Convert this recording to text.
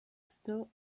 still